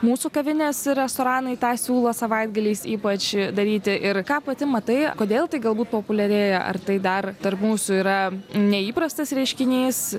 mūsų kavinės restoranai tą siūlo savaitgaliais ypač daryti ir ką pati matai kodėl tai galbūt populiarėja ar tai dar tarp mūsų yra neįprastas reiškinys